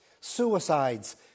suicides